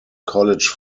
college